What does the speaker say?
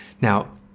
Now